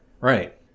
Right